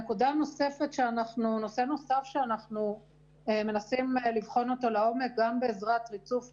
נושא נוסף שאנחנו מנסים לבחון אותו לעומק גם בעזרת ריצוף גנומי,